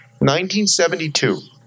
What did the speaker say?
1972